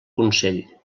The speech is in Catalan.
consell